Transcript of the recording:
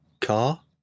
car